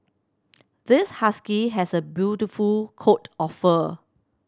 this husky has a beautiful coat of fur